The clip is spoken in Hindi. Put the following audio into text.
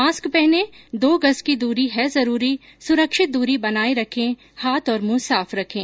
मास्क पहनें दो गज़ की दूरी है जरूरी सुरक्षित दूरी बनाए रखें हाथ और मुंह साफ रखें